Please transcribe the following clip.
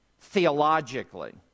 theologically